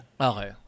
okay